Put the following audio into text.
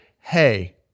hey